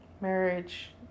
marriage